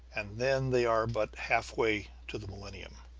and then they are but halfway to the millennium.